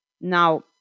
Now